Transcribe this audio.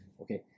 Okay